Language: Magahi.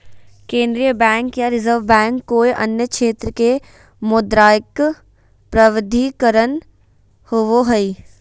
केन्द्रीय बैंक या रिज़र्व बैंक कोय अन्य क्षेत्र के मौद्रिक प्राधिकरण होवो हइ